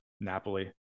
Napoli